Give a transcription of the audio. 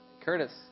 Curtis